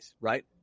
right